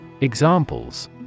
Examples